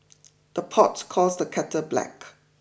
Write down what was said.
the pot calls the kettle black